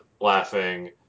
laughing